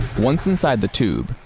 once inside the tube,